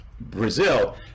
Brazil